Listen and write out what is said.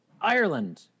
Ireland